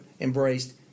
embraced